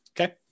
okay